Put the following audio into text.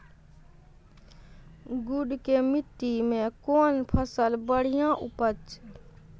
गुड़ की मिट्टी मैं कौन फसल बढ़िया उपज छ?